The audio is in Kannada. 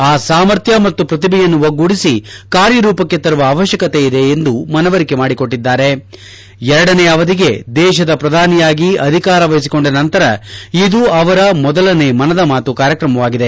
ಆ ಸಾಮರ್ಥ್ಯ ಮತ್ತು ಪ್ರತಿಭೆಯನ್ನು ಒಗ್ಗೂಡಿಸಿ ಕಾರ್ಯರೂಪಕ್ಕೆ ತರುವ ಅವಶ್ಕಕತೆ ಇದೆ ಎಂದು ಮನವರಿಕೆ ಮಾಡಿಕೊಟ್ಟಿದ್ದಾರೆ ಎರಡನೇ ಅವಧಿಗೆ ದೇಶದ ಪ್ರಧಾನಿಯಾಗಿ ಆಧಿಕಾರ ವಹಿಸಿಕೊಂಡ ನಂತರ ಇದು ಅವರ ಮೊದಲನೇ ಮನದ ಮಾತು ಕಾರ್ಯಕ್ರಮವಾಗಿದೆ